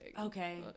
okay